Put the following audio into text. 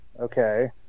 Okay